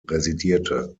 residierte